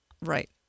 Right